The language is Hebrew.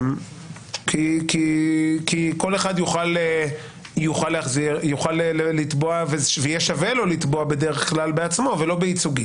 כי כל אחד יוכל לתבוע ויהיה שווה לו לתבוע בדרך כלל בעצמו ולא בייצוגית.